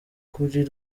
kuri